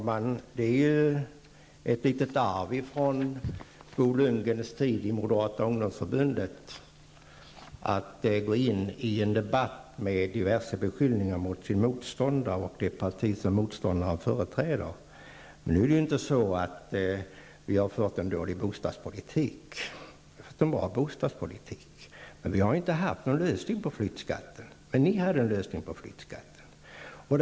Herr talman! Det är ett litet arv från Bo Lundgrens tid i moderata ungdomsförbundet att han går in i en debatt med diverse beskyllningar mot sin motståndare och det parti som motståndaren företräder. Vi har inte fört en dålig bostadspolitik. Vi har fört en bra bostadspolitik. Men vi har inte haft någon lösning på frågan om flyttskatten. Men ni hade en lösning av denna fråga.